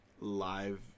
live